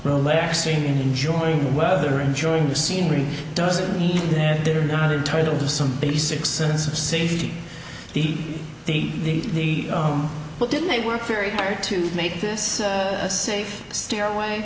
relaxing enjoying the weather enjoying the scenery doesn't mean that they're not entitled to some basic sense of safety the the but didn't they work very hard to make this a safe stairway